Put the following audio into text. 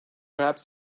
grabbed